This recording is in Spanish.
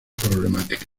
problemática